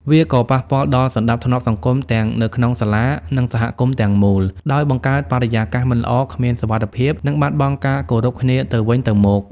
វាក៏ ប៉ះពាល់ដល់សណ្តាប់ធ្នាប់សង្គម ទាំងនៅក្នុងសាលា និងសហគមន៍ទាំងមូល ដោយបង្កើតបរិយាកាសមិនល្អ គ្មានសុវត្ថិភាព និងបាត់បង់ការគោរពគ្នាទៅវិញទៅមក។